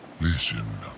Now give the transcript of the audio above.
Listen